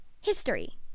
History